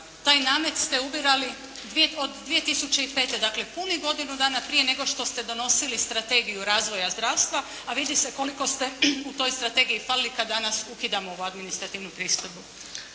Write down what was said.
Taj namet ste ubirali od 2005. dakle punih godinu dana prije nego što ste donosili strategiju razvoja zdravstva, a vidi se koliko ste u toj strategiji falili kad danas ukidamo ovu administrativnu pristojbu.